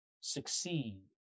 succeed